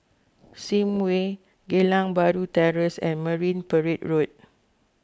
Sims Way Geylang Bahru Terrace and Marine Parade Road